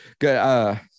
good